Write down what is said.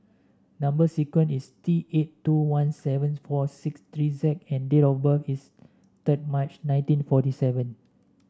number sequence is T eight two one seven four six three Z and date of birth is third March nineteen fourty seven